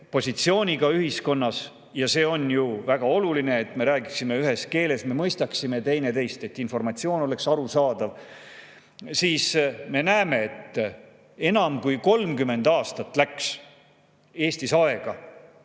positsiooniga ühiskonnas. See on ju väga oluline, et me räägiksime ühes keeles, et me mõistaksime teineteist ja et informatsioon oleks arusaadav. Me näeme, et enam kui 30 aastat läks Eestis aega,